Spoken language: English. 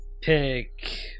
pick